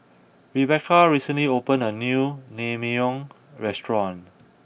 Rebecca recently opened a new Naengmyeon restaurant